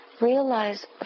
realize